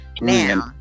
Now